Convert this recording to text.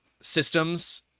systems